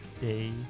Day